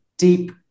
deep